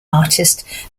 artist